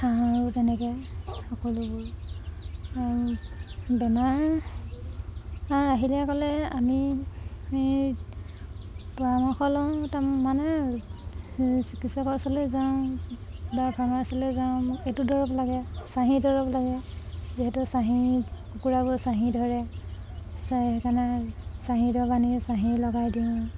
আৰু তেনেকৈ সকলোবোৰ আৰু বেমাৰ আহিলে ক'লে আমি আমি পৰামৰ্শ লওঁ তাৰমানে চিকিৎসকৰ ওচৰলৈ যাওঁ বা ফাৰ্মাচিলৈ যাওঁ এইটো দৰৱ লাগে চাহী দৰৱ লাগে যিহেতু চাহী কুকুৰাবোৰৰ চাহী ধৰে চাহী কাৰণে চাহী দৰৱ আনি চাহী লগাই দিওঁ